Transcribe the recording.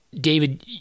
David